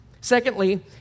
Secondly